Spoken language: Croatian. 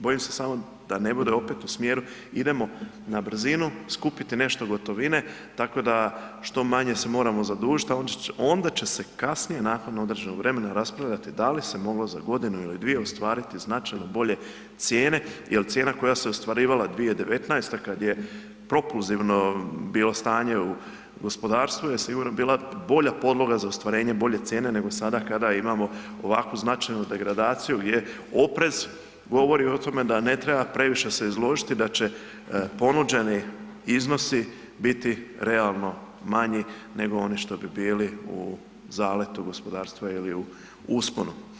Bojim se samo da ne bude opet u smjeru idemo na brzinu skupiti nešto gotovine, tako da što manje se moramo zadužiti, a onda će se kasnije nakon određenog vremena raspravljati da li se moglo za godinu ili dvije ostvariti značajno bolje cijene jel cijena koja se ostvarivala 2019., kad je propulzivno bilo stanje u gospodarstvu je sigurno bila bolja podloga za ostvarenje bolje cijene nego sada kada imamo ovako značajnu degradaciju gdje oprez govori o tome da ne treba previše se izložiti da će ponuđeni iznosi biti realno manji nego oni što bi bili u zaletu gospodarstva ili u usponu.